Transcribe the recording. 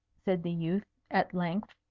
said the youth, at length.